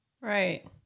Right